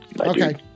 Okay